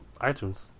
iTunes